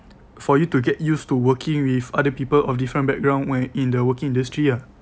for you to get used to working with other people of different backgrounds when in the working industry ah